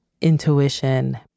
intuition